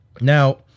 Now